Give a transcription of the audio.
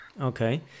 okay